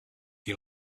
you